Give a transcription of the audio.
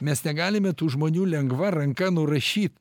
mes negalime tų žmonių lengva ranka nurašyt